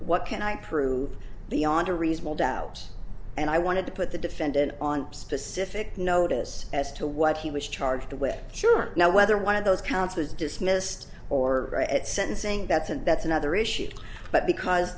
what can i prove beyond a reasonable doubt and i wanted to put the defendant on specific notice as to what he was charged with sure now whether one of those counts was dismissed or at sentencing that's and that's another issue but because